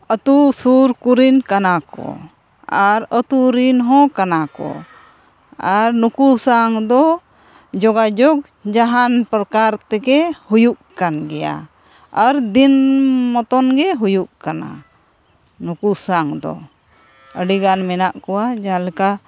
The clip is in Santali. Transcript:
ᱟᱹᱛᱩ ᱥᱩᱨ ᱠᱚᱨᱮᱱ ᱠᱟᱱᱟᱠᱚ ᱟᱨ ᱟᱹᱛᱩᱨᱤᱱ ᱦᱚᱸ ᱠᱟᱱᱟ ᱠᱚ ᱟᱨ ᱱᱩᱠᱩ ᱥᱟᱶᱫᱚ ᱡᱳᱜᱟᱡᱳᱜᱽ ᱡᱟᱦᱟᱱ ᱯᱨᱚᱠᱟᱨ ᱛᱮᱜᱮ ᱦᱩᱭᱩᱜ ᱠᱟᱱ ᱜᱮᱭᱟ ᱟᱨ ᱫᱤᱱ ᱢᱚᱛᱚᱱᱜᱮ ᱦᱩᱭᱩᱜ ᱠᱟᱱᱟ ᱱᱩᱠᱩ ᱥᱟᱶᱫᱚ ᱟᱹᱰᱤᱜᱟᱱ ᱢᱮᱱᱟᱜ ᱠᱚᱣᱟ ᱡᱟᱦᱟᱸᱞᱮᱠᱟ